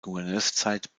gouverneurszeit